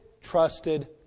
trusted